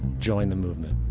join the movement.